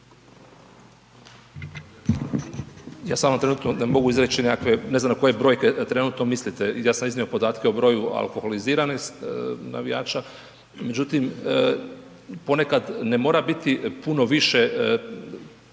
Ja sada trenutno ne mogu izreći nekakve, ne znam na koje brojke trenutno mislite. Ja sam iznio podatke o broju alkoholiziranih navijača, međutim ponekad ne mora biti puno više procesuiranih